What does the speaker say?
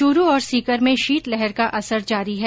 चूरू और सीकर में शीतलहर का असर जारी है